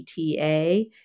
ETA